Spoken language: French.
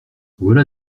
voilà